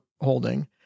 holding